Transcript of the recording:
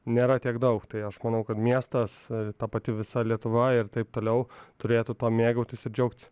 nėra tiek daug tai aš manau kad miestas ir ta pati visa lietuva ir taip toliau turėtų tuo mėgautis ir džiaugtis